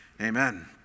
Amen